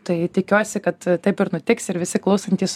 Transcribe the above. tai tikiuosi kad taip ir nutiks ir visi klausantys